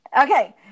Okay